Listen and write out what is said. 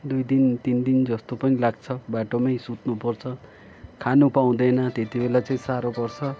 दुई दिन तिन दिन जस्तो पनि लाग्छ बाटोमै सुत्नु पर्छ खानु पाउँदैन त्यति बेला चाहिँ साह्रो पर्छ